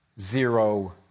zero